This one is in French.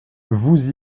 vous